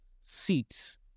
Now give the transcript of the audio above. seats